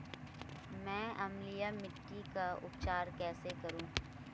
मैं अम्लीय मिट्टी का उपचार कैसे करूं?